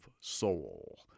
Soul